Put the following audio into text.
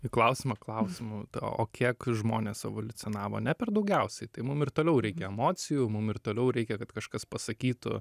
į klausimą klausimu o kiek žmonės evoliucionavo ne per daugiausiai tai mum ir toliau reikia emocijų mum ir toliau reikia kad kažkas pasakytų